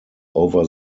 over